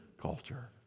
culture